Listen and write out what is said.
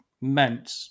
meant